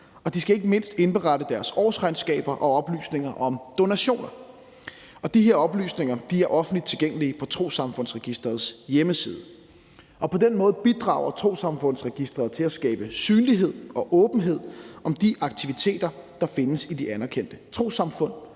at de ikke mindst skal indberette deres årsregnskaber og oplysninger om donationer. De her oplysninger er offentligt tilgængelige på Trossamfundsregistrets hjemmeside. På den måde bidrager Trossamfundsregistret til at skabe synlighed og åbenhed om de aktiviteter, der findes i de anerkendte trossamfund